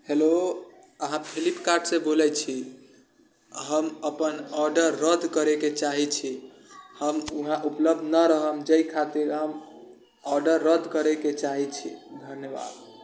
hello अहाँ फ्लिपकार्टसँ बोलै छी हम अपन ऑडर रद्द करैके चाहै छी हम वहाँ उपलब्ध नहि रहब जाहि खातिर हम ऑडर रद्द करैके चाहै छी धन्यवाद